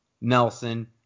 Nelson